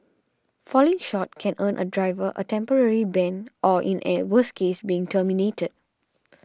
falling short can earn a driver a temporary ban or in a worse case being terminated